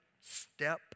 step